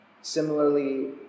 Similarly